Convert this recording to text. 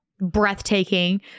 breathtaking